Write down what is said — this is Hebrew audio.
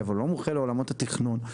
במקרים שיש בעיות אתם תקבלו סמכות.